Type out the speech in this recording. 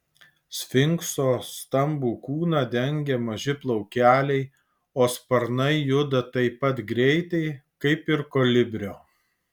sfinkso stambų kūną dengia maži plaukeliai o sparnai juda taip pat greitai kaip ir kolibrio